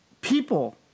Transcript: People